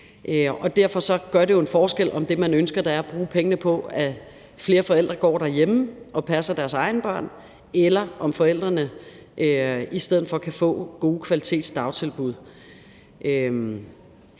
er at bruge pengene på, at flere forældre går derhjemme og passer deres egne børn, eller om forældrene i stedet for kan få gode kvalitetsdagtilbud.